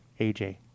AJ